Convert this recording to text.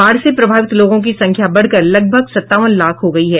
बाढ़ से प्रभावित लोगों की संख्या बढ़कर लगभग सतावन लाख हो गयी है